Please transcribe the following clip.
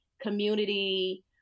community